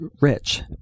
rich